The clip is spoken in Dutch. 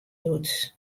doet